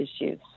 issues